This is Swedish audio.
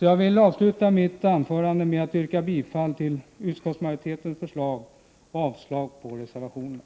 Jag avslutar med att yrka bifall till utskottsmajoritetens förslag och avslag på reservationerna.